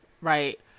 Right